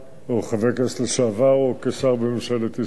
חבר כנסת לשעבר או כשר בממשלת ישראל.